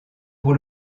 pour